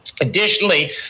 Additionally